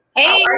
Hey